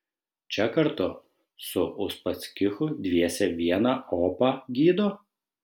čia kartu su uspaskichu dviese vieną opą gydo